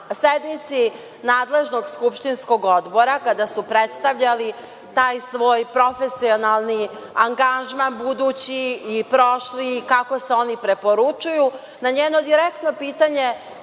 sednici nadležnog skupštinskog odbora, kada su predstavljali taj svoj profesionalni angažman, budući i prošli, kako se oni preporučuju, na njeno direktno pitanje